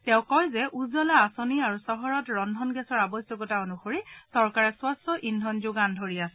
তেওঁ কয় যে উজলা আঁচনি আৰু চহৰত ৰন্ধন গেছৰ আৱশ্যকতা অনুসৰি চৰকাৰে স্বচ্ছ ইন্ধন যোগান ধৰি আছে